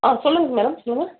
ஆ சொல்லுங்கள் மேடம் நீங்கள்